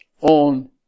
on